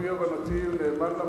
לפי הבנתי נאמן למדינה.